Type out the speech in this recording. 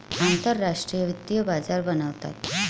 आंतरराष्ट्रीय वित्तीय बाजार बनवतात